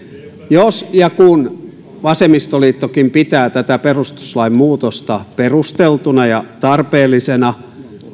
jos ja kun vasemmistoliittokin pitää tätä perustuslain muutosta perusteltuna ja tarpeellisena